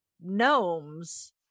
gnomes